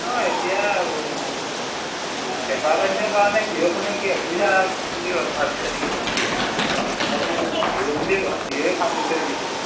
নহয় এতিয়া বেপাৰ বাণিজ্যৰ কাৰণে হিৰ'খনে কি অসুবিধা বুলি ভা ভাবিছে নেকি বাৰু মইতো হিৰ' বুলিয়ে ভা হিৰ'ই ভাল বুলি ভাবিছিলো